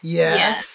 yes